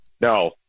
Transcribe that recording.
No